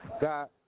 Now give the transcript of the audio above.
got